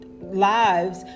lives